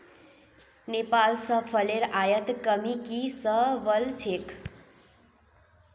नेपाल स फलेर आयातत कमी की स वल छेक